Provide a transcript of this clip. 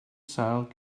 sâl